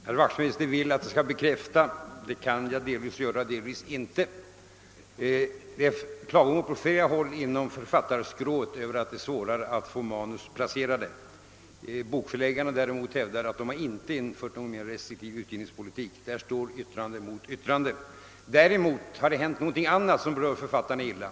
Herr talman! Herr Wachtmeister vill att jag skall bekräfta. Det kan jag göra delvis, delvis inte. Det är klagomål på flera håll inom författarkåren att det numera är svårare att få manus placerade. Bokförläggarna däremot hävdar att de inte infört någon mera restriktiv utgivningspolitik. Där står yttrande mot yttrande. Emellertid har det hänt någonting annat som berör författarna illa.